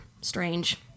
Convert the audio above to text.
strange